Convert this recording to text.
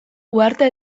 uhartea